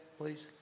please